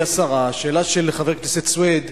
אדוני השר, השאלה של חבר הכנסת סוייד